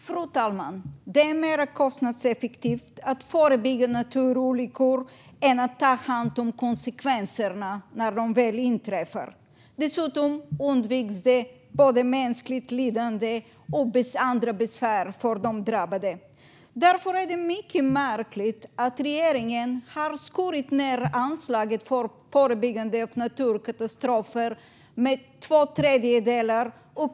Fru talman! Det är mer kostnadseffektivt att förebygga naturolyckor än att ta hand om konsekvenserna när de väl inträffar. Dessutom undviks både mänskligt lidande och andra besvär för de drabbade. Därför är det mycket märkligt att regeringen har skurit ned anslaget för förebyggande av naturkatastrofer med två tredjedelar.